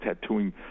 tattooing